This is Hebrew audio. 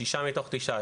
שישה מתוך תשעה,